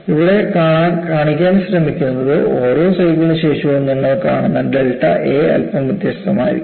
ഇവിടെ കാണിക്കാൻ ശ്രമിക്കുന്നത് ഓരോ സൈക്കിളിനുശേഷവും നിങ്ങൾ കാണുന്ന ഡെൽറ്റ a അല്പം വ്യത്യസ്തമായിരിക്കും